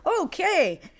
okay